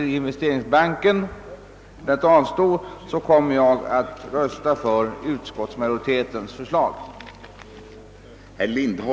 Jag kommer vid en vo